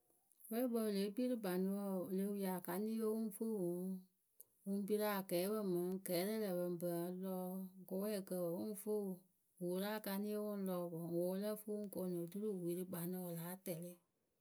Wɛɛkpǝ wɨ lée kpii rɨ kpanʊwǝ wǝǝ wɨ le wii akaniyǝ ǝ wɨŋ fɨ wɨŋ Wɨ ŋ piri akɛɛpǝ mɨŋ kɛɛrɛ lǝh pǝ ŋ pa lɔ kɨwɛɛkǝ wǝǝ wɨ ŋ fɨ wɨ wɨ wuru akanɩ wɨ lɔ wɨ wǝ lǝ́ǝ fɨ wɨ ŋ koonu oturu wɨ wili rɨ kpanǝ wǝ wɨ láa tɛlɩ.